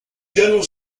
general